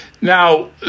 Now